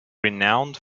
renowned